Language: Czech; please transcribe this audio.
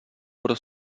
pro